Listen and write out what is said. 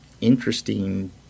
interesting